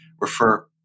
refer